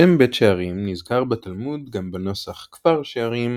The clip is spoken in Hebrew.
השם בית שערים נזכר בתלמוד גם בנוסח "כפר שערים",